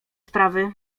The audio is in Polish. sprawy